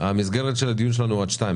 מסגרת הדיון שלנו היא עד 14:00,